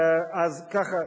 אז ככה.